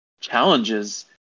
challenges